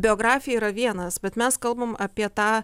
biografija yra vienas bet mes kalbam apie tą